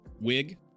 wig